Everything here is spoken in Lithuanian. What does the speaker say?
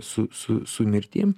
su su su mirtim